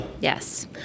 yes